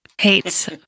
Hates